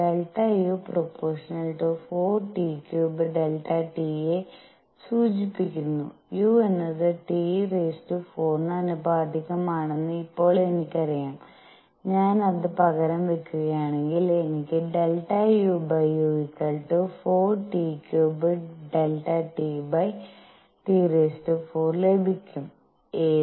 Δu ∝ 4T³ΔT യെ സൂചിപ്പിക്കുന്ന u എന്നത് T⁴ ന് ആനുപാതികമാണെന്ന് ഇപ്പോൾ എനിക്കറിയാം ഞാൻ അത് പകരം വയ്ക്കുകയാണെങ്കിൽ എനിക്ക് ∆uu4T³∆TT⁴ ലഭിക്കും ഏത്